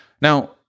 Now